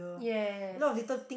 yes